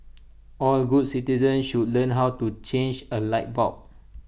all good citizens should learn how to change A light bulb